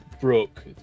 broke